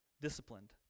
disciplined